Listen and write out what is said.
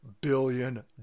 billion